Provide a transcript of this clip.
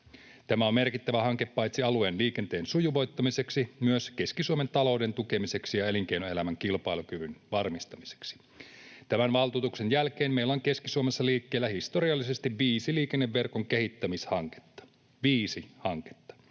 Tämä on merkittävä hanke paitsi alueen liikenteen sujuvoittamiseksi myös Keski-Suomen talouden tukemiseksi ja elinkeinoelämän kilpailukyvyn varmistamiseksi. Tämän valtuutuksen jälkeen meillä on Keski-Suomessa liikkeellä historiallisesti viisi liikenneverkon kehittämishanketta — viisi hanketta.